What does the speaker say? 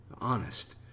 honest